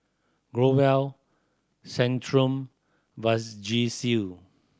Growell Centrum Vagisil